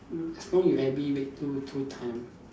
uh so you every week do two time